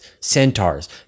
centaurs